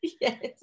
Yes